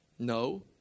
No